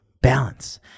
Balance